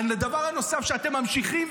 הדבר הנוסף שאתם ממשיכים,